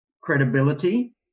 credibility